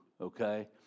okay